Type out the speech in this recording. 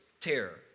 terror